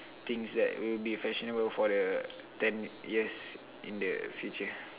things that will be fashionable for the ten years in the future